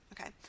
Okay